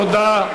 תודה.